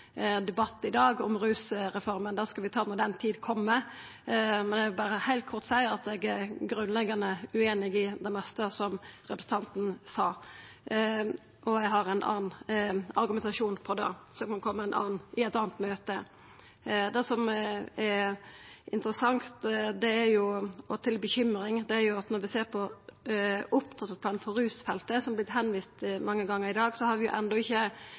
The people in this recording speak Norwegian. debatt i dag om rusreforma. Det skal vi ta når den tida kjem, men eg vil heilt kort seia at eg er grunnleggjande ueinig i det meste som representanten sa, og eg har ein annan argumentasjon om det, som må koma i eit anna møte. Det som er interessant og til bekymring, er jo at når vi ser på opptrappingsplanen for rusfeltet, som er vorten vist til mange gonger i dag, har vi enda ikkje